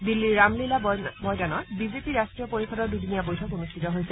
দিল্লীৰ ৰামলীলা ময়দানত বিজেপি ৰাষ্ট্ৰীয় পৰিষদৰ দুদিনীয়া বৈঠক অনুষ্ঠিত হৈছে